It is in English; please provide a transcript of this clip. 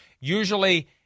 Usually